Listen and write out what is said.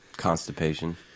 constipation